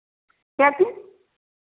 क्या चीज़